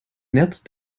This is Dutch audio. net